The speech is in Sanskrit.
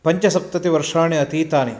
पञ्चसप्ततिवर्षाणि अतीतानि